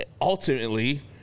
ultimately